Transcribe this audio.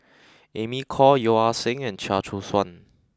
Amy Khor Yeo Ah Seng and Chia Choo Suan